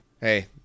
Hey